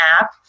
app